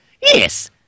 Yes